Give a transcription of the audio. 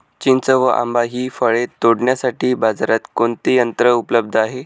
चिंच व आंबा हि फळे तोडण्यासाठी बाजारात कोणते यंत्र उपलब्ध आहे?